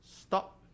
stop